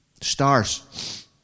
Stars